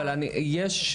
אבל יש,